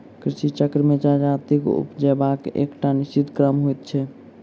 कृषि चक्र मे जजाति उपजयबाक एकटा निश्चित क्रम होइत छै